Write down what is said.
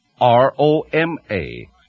R-O-M-A